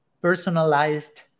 personalized